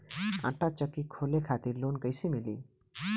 आटा चक्की खोले खातिर लोन कैसे मिली?